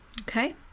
Okay